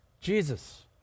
Jesus